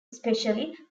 especially